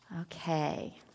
Okay